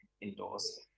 indoors